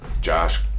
Josh